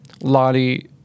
Lottie